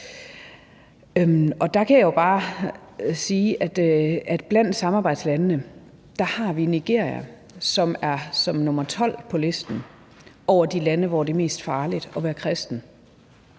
og der kan jeg bare sige, at blandt samarbejdslandene har vi Nigeria, som er nr. 12 på listen over lande, hvor det er mest farligt at være kristen